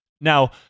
Now